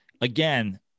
again